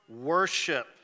worship